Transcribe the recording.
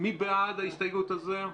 מי בעד ההסתייגות הזו?